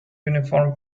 uniform